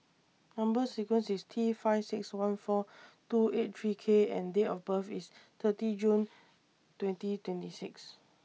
Number sequence IS T five six one four two eight three K and Date of birth IS thirty June twenty twenty six